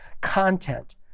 content